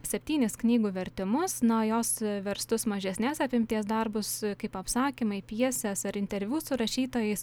septynis knygų vertimus na o jos verstus mažesnės apimties darbus kaip apsakymai pjesės ar interviu su rašytojais